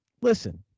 Listen